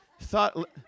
thought